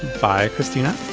bye, christina.